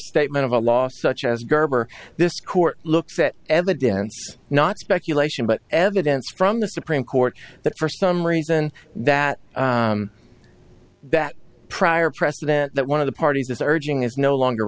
statement of a law such as garber this court looks at evidence not speculation but evidence from the supreme court that for some reason that that prior precedent that one of the parties is urging is no longer